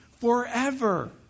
forever